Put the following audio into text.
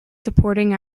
supporting